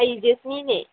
ꯑꯩ ꯖꯦꯁꯃꯤꯅꯦ